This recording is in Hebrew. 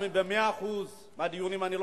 גם אם אני לא נכחתי ב-100% של הדיונים,